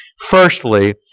Firstly